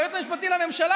היועץ המשפטי לממשלה,